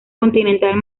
continental